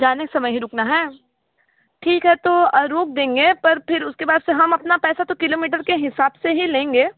जाते समय ही रुकना है ठीक है तो रोक देंगे पर फिर उसके बाद से हम अपना पैसा तो किलोमीटर के हिसाब से ही लेंगे